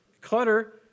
Clutter